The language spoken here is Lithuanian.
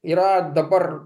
yra dabar